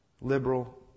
liberal